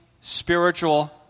spiritual